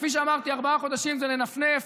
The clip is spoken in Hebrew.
כפי שאמרתי, ארבעה חודשים זה לנפנף.